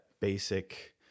basic